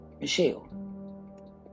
Michelle